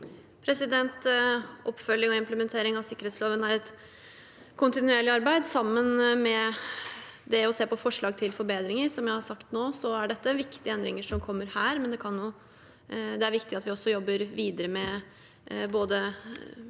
Oppfølging og im- plementering av sikkerhetsloven er et kontinuerlig arbeid sammen med det å se på forslag til forbedringer. Som jeg har sagt nå, er det viktige endringer som kommer her, men det er viktig at vi også jobber videre med både